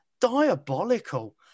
diabolical